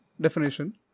definition